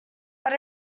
but